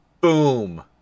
Boom